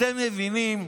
אתם מבינים?